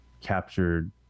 captured